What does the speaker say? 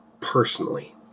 personally